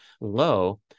low